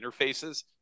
interfaces